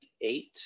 eight